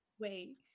wait